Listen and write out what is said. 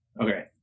okay